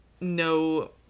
no